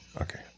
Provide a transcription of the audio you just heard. okay